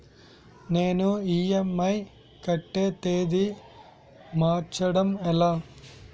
నేను ఇ.ఎం.ఐ కట్టే తేదీ మార్చడం ఎలా?